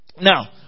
Now